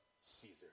Caesar